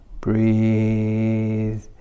breathe